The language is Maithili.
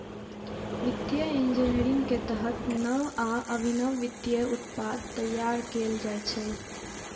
वित्तीय इंजीनियरिंग के तहत नव आ अभिनव वित्तीय उत्पाद तैयार कैल जाइ छै